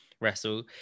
wrestle